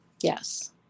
Yes